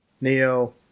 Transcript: Neo